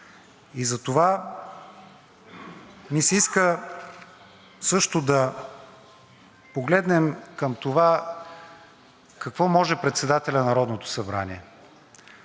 И затова ми се иска също да погледнем към това какво може председателят на Народното събрание.